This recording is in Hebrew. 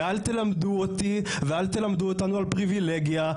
ואל תלמדו אותי ואל תלמדו אותנו על פריבילגיה,